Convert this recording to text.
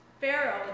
Pharaoh